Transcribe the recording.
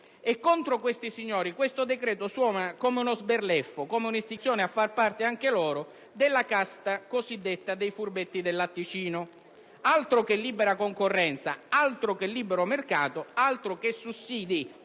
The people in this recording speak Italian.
decreto-legge in discussione suona come uno sberleffo, come un'istigazione a far parte anche loro della casta cosiddetta dei "furbetti del latticino". Altro che libera concorrenza, altro che libero mercato e sussidi